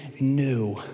new